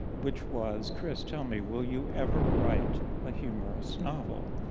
which was, chris, tell me, will you ever write a humorous novel?